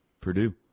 Purdue